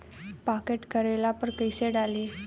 Pocket करेला पर कैसे डाली?